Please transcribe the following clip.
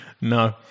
No